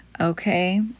okay